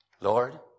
Lord